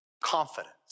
confidence